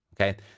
Okay